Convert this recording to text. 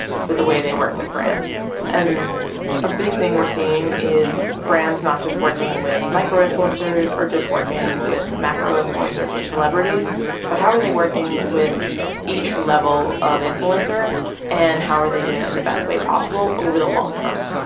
for the way they work with brands and a big thing we're seeing is brands not just working with micro influencers or just working with macro influencers or celebrities but how are they working with each level of influencer and how are they doing that in the best way possible over the long term.